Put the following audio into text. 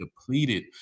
depleted